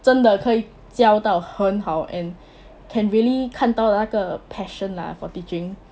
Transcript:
真的可以教到很好 and can really 看到那个 passion lah for teaching